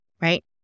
right